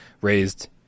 raised